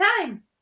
time